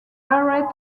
barrett